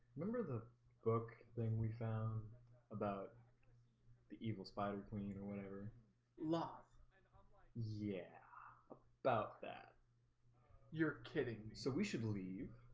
remember the book thing we found about the evil spider queen or whatever laughs and um like yeah about that you're kidding, so we should leave